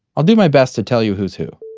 i'll do my best to tell you who's who.